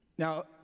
Now